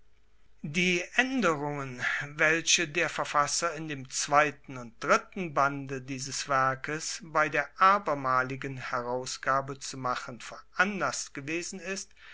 die aenderungen welche der verfasser in dem zweiten und dritten bande dieses werkes bei der abermaligen herausgabe zu machen veranlasst gewesen ist